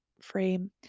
frame